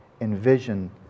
envision